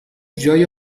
جای